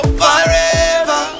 forever